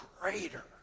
greater